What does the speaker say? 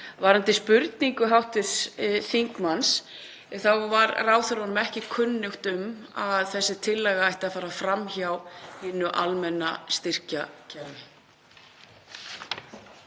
Varðandi spurningu hv. þingmanns þá var ráðherranum ekki kunnugt um að þessi tillaga ætti að fara fram hjá hinu almenna styrkjakerfi.